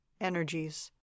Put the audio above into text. energies